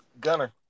Gunner